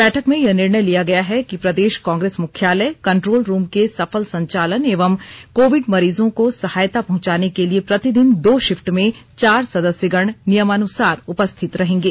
बैठक में यह निर्णय लिया गया है कि प्रदेश कांग्रेस मुख्यालय कंट्रोल रूम के सफल संचालन एवं कोविड मरीजों को सहायता पहुंचाने के लिए प्रतिदिन दो शिफ्ट में चार सदस्यगण नियमानुसार उपस्थित रहेंगे